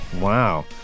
Wow